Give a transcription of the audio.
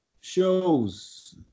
shows